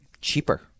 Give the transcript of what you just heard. cheaper